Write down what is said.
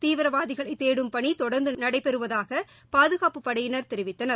தீவிரவாதிகளை தேடும் பணி தொடர்ந்து நடைபெறுவதாக பாதுகாப்புப் படையினர் தெரிவித்தனர்